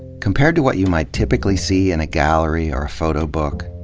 compared to what you might typically see in a gallery or a photo book,